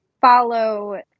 follow